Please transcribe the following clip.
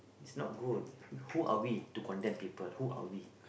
it's not good who are we to condemn people who are we